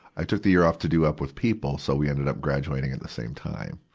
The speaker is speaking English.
i took the year off to do up with people, so we ended up graduating at the same time.